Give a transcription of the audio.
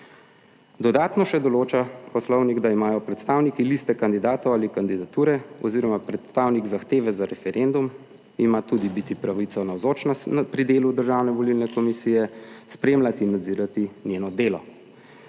Dodatno še določa poslovnik, da imajo predstavniki liste kandidatov ali kandidature oziroma predstavnik zahteve za referendum ima tudi biti pravico navzočnost pri delu Državno-volilne komisije, spremljati in nadzirati njeno delo